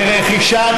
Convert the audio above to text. בבקשה.